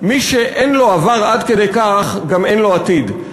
מי שאין לו עבר עד כדי כך גם אין לו עתיד.